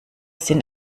sinn